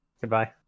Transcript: Goodbye